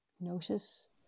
Notice